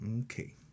okay